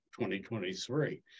2023